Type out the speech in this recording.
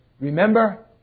Remember